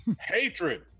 Hatred